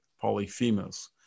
polyphemus